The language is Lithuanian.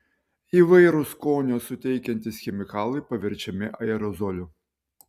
įvairūs skonio suteikiantys chemikalai paverčiami aerozoliu